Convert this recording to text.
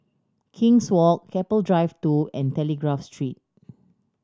King's Walk Keppel Drive Two and Telegraph Street